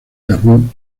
carbón